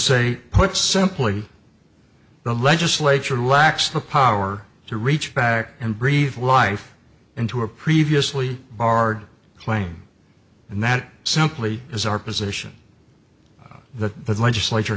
say put simply the legislature lacks the power to reach back and breathe life into a previously barred claim and that simply is our position that the legislature